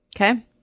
Okay